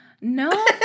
No